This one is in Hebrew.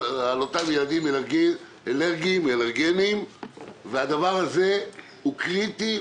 הילדים האלרגיים והדבר הזה הוא קריטי,